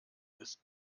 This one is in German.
ist